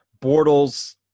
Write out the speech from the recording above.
Bortles